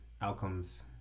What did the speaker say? outcomes